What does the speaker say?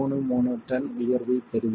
933 ton உயர்வைப் பெறுவீர்கள்